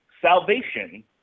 Salvation